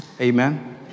Amen